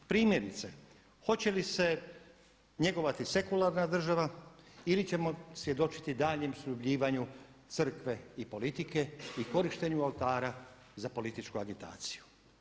Primjerice, hoće li se njegovati sekularna država ili ćemo svjedočiti daljnjem sljubljivanju crkve i politike i korištenju oltara za političku agitaciju.